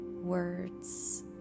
words